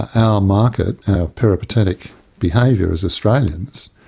our market, our peripatetic behaviour as australians,